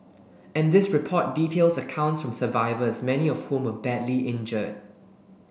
and this report details accounts from survivors many of whom were badly injured